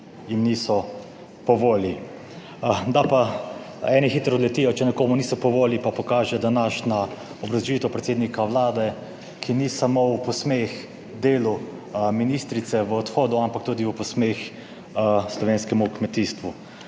jim niso po volji. Da pa eni hitro odletijo, če nekomu niso po volji, pa pokaže današnja obrazložitev predsednika Vlade, ki ni samo v posmeh delu ministrice v odhodu, ampak tudi v posmeh slovenskemu kmetijstvu.